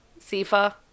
Sifa